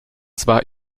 zwar